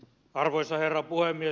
arvoisa herra puhemies